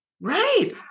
right